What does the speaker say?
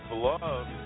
Love